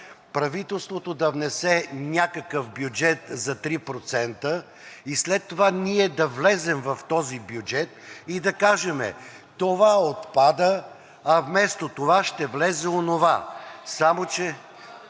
правителството да внесе някакъв бюджет за 3%, а след това ние да влезем в този бюджет и да кажем: това отпада, а вместо това ще влезе онова. (Реплики